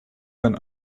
ten